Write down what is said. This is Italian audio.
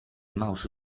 mouse